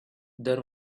there